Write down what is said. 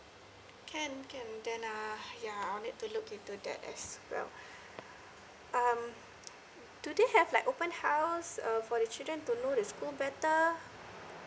can can then err yeah I'll need to look into that as well um do they have like open house err for the children to know the school better